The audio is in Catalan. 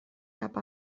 cap